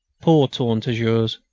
poor tourne-toujours,